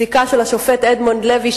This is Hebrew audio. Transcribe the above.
פסיקה של השופט אדמונד לוי,